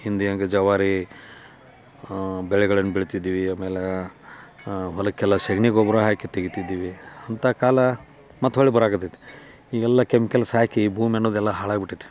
ಹಿಂದೆ ಹೆಂಗ್ ಜವಾರಿ ಬೆಳೆಗಳನ್ನು ಬೆಳೀತಿದ್ವಿ ಆಮೇಲೆ ಹೊಲಕ್ಕೆಲ್ಲ ಸಗಣಿ ಗೊಬ್ಬರ ಹಾಕಿ ತೆಗೀತಿದ್ವಿ ಅಂಥ ಕಾಲ ಮತ್ತೆ ಹೊರ್ಳಿ ಬರೋಕತೈತಿ ಈಗೆಲ್ಲ ಕೆಮಿಕಲ್ಸ್ ಹಾಕಿ ಭೂಮಿ ಅನ್ನೋದೆಲ್ಲ ಹಾಳಾಗಿಬಿಟೈತಿ